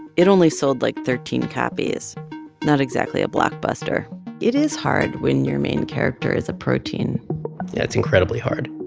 it only sold like thirteen copies not exactly a blockbuster it is hard when your main character is a protein yeah, it's incredibly hard